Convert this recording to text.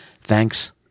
Thanks